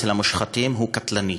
אצל המושחתים הוא קטלני,